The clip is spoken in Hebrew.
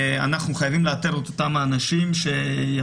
אנחנו חייבים לאתר את אותם האנשים שיכולים